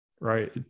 right